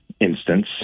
instance